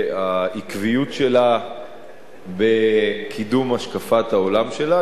העקביות שלה בקידום השקפת העולם שלה.